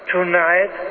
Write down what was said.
Tonight